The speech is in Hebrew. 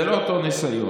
זה לא אותו ניסיון.